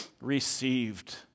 received